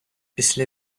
після